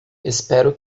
espero